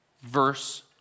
verse